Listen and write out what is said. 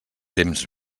temps